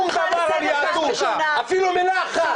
לא כתוב פה שום דבר על יהדות, אפילו מילה אחת.